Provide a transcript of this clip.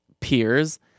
peers